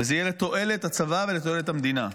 וזה יהיה לתועלת הצבא ותועלת המדינה.